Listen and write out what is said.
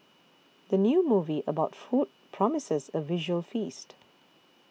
the new movie about food promises a visual feast